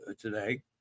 today